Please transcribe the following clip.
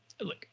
Look